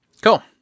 Cool